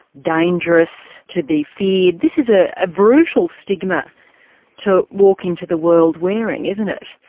dangerous, to be feared this is a ah brutal stigma to walk into the world wearing isn't it?